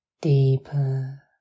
deeper